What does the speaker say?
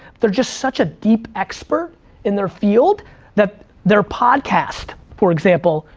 there's just such a deep expert in their field that their podcast, for example,